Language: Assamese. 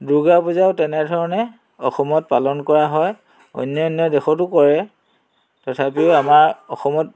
দুৰ্গা পূজাও তেনেধৰণে অসমত পালন কৰা হয় অনান্য দেশতো কৰে তথাপিও আমাৰ অসমত